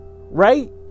right